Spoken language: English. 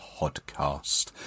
podcast